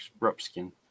rupskin